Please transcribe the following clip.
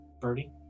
Birdie